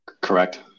Correct